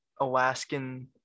Alaskan